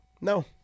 No